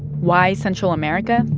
why central america?